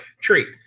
treat